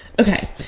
Okay